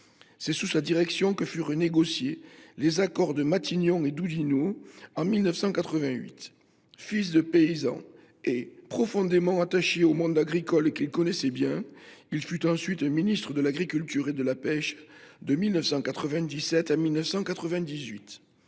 C’est sous sa direction que furent négociés, en 1988, les accords de Matignon et d’Oudinot. Fils de paysan et profondément attaché au monde agricole, qu’il connaissait bien, il fut enfin ministre de l’agriculture et de la pêche de 1997 à 1998.